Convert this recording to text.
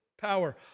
power